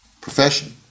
profession